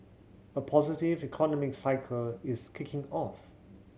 a positive economic cycle is kicking off